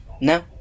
No